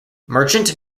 merchant